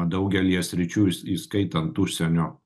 daugelyje sričių įs įskaitant užsienio